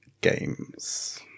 games